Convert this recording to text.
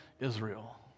Israel